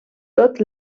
tot